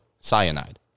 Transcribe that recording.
cyanide